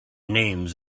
names